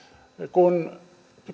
kun